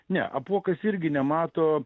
ne apuokas irgi nemato